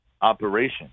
operation